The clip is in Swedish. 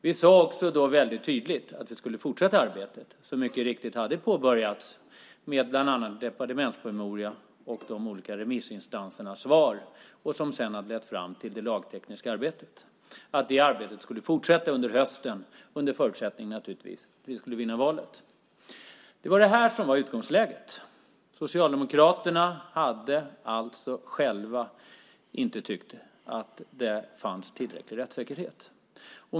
Vi sade då väldigt tydligt att vi skulle fortsätta arbetet, som mycket riktigt hade påbörjats med bland annat en departementspromemoria och de olika remissinstansernas svar som sedan skulle ha lett fram till det lagtekniska arbetet. Detta arbete skulle fortsätta under hösten, naturligtvis under förutsättning att vi vann valet. Det var det här som var utgångsläget. Socialdemokraterna tyckte alltså inte själva att det fanns tillräcklig rättssäkerhet.